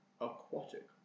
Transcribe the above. aquatic